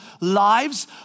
lives